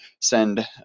send